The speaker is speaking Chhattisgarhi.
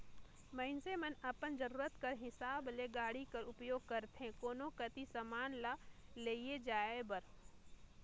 मइनसे मन अपन जरूरत कर हिसाब ले गाड़ी कर उपियोग करथे कोनो कती समान ल लेइजे लाने बर